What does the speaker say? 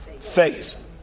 faith